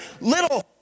little